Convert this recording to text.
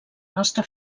nostra